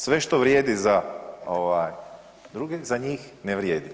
Sve što vrijedi za druge, za njih ne vrijedi.